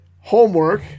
homework